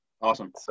awesome